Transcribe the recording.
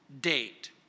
date